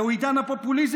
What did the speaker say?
זהו עידן הפופוליזם,